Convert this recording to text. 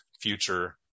future